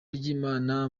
ry’imana